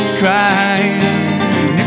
crying